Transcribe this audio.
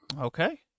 Okay